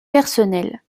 personnels